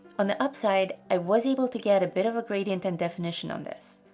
on the upside, i was able to get a bit of a gradient and definition on this.